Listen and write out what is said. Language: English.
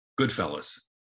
Goodfellas